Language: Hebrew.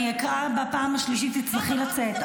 אם אני אקרא בפעם השלישית את תצטרכי לצאת.